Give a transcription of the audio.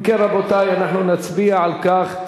אם כן, רבותי, אנחנו נצביע על כך.